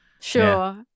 Sure